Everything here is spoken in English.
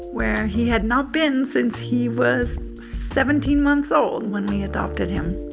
where he had not been since he was seventeen months old when we adopted him.